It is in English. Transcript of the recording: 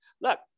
Look